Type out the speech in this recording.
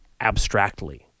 abstractly